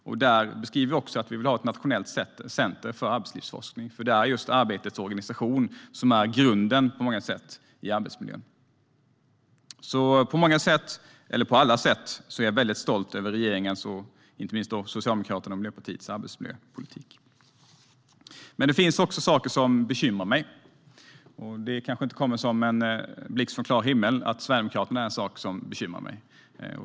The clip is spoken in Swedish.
Vi beskriver också att vi vill ha ett nationellt center för arbetslivsforskning. Arbetets organisation är på många sätt grunden i arbetsmiljön. Jag är stolt över regeringens och inte minst Socialdemokraternas och Miljöpartiets arbetsmiljöpolitik. Men det finns saker som bekymrar mig. Det kommer kanske inte som en blixt från klar himmel att Sverigedemokraterna bekymrar mig.